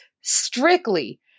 strictly